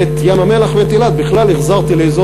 ואת ים-המלח ואת אילת בכלל החזרתי לאזור